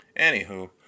Anywho